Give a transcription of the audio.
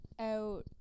out